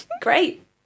great